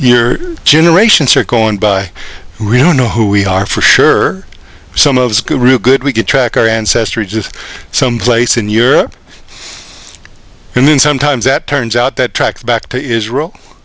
it's generations are going by really know who we are for sure some of the guru good we can track our ancestry just some place in europe and then sometimes that turns out that track back to israel